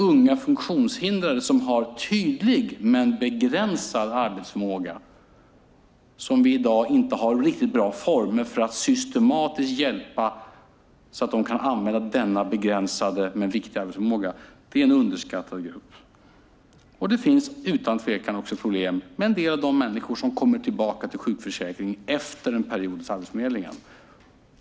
Unga funktionshindrade som har tydlig men begränsad arbetsförmåga har vi i dag inga riktigt bra former för att systematiskt hjälpa så att de kan använda sin begränsade men viktiga arbetsförmåga. Det är en underskattad grupp. Det finns utan tvekan problem också med en del av de människor som kommer tillbaka till sjukförsäkringen efter en period hos Arbetsförmedlingen.